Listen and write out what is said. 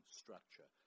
structure